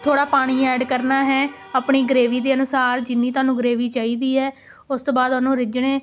ਥੋੜ੍ਹਾ ਪਾਣੀ ਐਡ ਕਰਨਾ ਹੈ ਆਪਣੀ ਗ੍ਰੇਵੀ ਦੇ ਅਨੁਸਾਰ ਜਿੰਨੀ ਤੁਹਾਨੂੰ ਗ੍ਰੇਵੀ ਚਾਹੀਦੀ ਹੈ ਉਸ ਤੋਂ ਬਾਅਦ ਉਹਨੂੰ ਰਿੱਝਣੇ